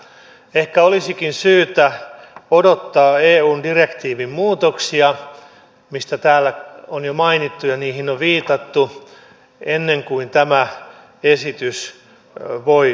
ehkä olisikin syytä odottaa eun direktiivimuutoksia mistä täällä on jo mainittu ja mihin on viitattu ennen kuin tämä esitys voi menestyä